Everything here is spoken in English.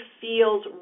feels